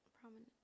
Prominent